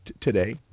today